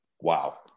wow